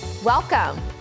Welcome